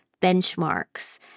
benchmarks